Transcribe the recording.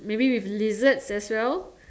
maybe with lizards as well